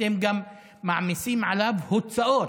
אתם גם מעמיסים עליו הוצאות.